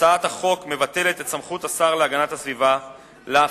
הצעת החוק מבטלת את סמכות השר להגנת הסביבה להפחית,